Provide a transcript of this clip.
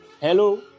hello